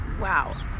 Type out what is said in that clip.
Wow